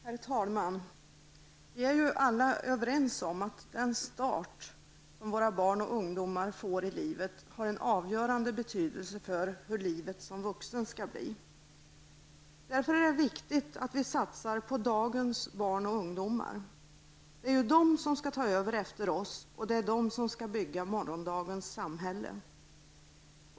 Herr talman! Vi är väl alla överens om att den start som våra barn och ungdomar får i livet har en avgörande betydelse för hur livet som vuxen skall bli. Därför är det viktigt att vi satsar på dagens barn och ungdomar. Det är ju de som skall ta över efter oss och det är de som skall bygga morgondagens samhälle.